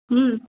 ಹ್ಞೂ